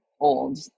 old